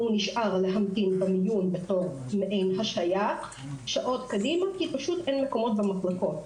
והוא נשאר להמתין במיון במעין השהייה שעות קדימה כי אין מקומות במחלקות.